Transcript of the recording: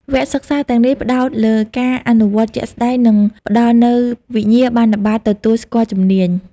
វគ្គសិក្សាទាំងនេះផ្តោតលើការអនុវត្តជាក់ស្តែង និងផ្តល់នូវវិញ្ញាបនបត្រទទួលស្គាល់ជំនាញ។